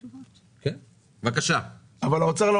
משרד האוצר התחייב פה,